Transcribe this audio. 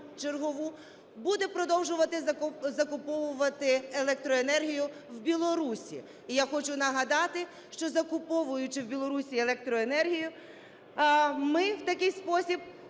буде продовжувати закуповувати електроенергію в Білорусі. І я хочу нагадати, що, закуповуючи в Білорусі електроенергію, ми в такий спосіб